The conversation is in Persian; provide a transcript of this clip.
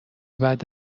بعد